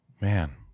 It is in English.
Man